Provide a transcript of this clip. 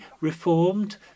reformed